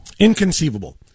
inconceivable